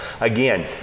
Again